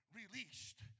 released